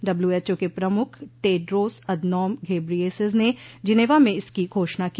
WHO के प्रमुख Tedros Adhanom Ghebreyesus ने जिनेवा में इसकी घोषणा की